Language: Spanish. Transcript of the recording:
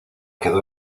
quedó